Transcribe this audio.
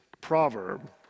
proverb